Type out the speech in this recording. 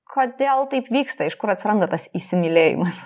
kodėl taip vyksta iš kur atsiranda tas įsimylėjimas